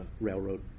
railroad